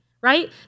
right